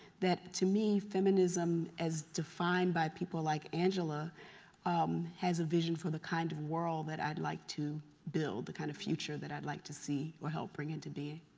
that to me feminism as defined by people like angela um has a vision for the kind of world that i'd like to build. the kind of future that i'd like to see or help bring it to be.